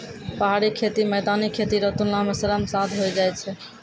पहाड़ी खेती मैदानी खेती रो तुलना मे श्रम साध होय जाय छै